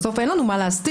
בסוף אין לנו מה להסתיר.